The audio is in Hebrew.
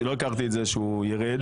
שלא הכרתי את זה שהוא יירד,